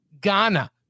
Ghana